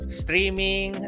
streaming